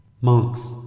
Monks